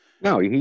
No